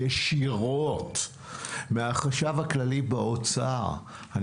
ישירות, מהחשב הכללי באוצר.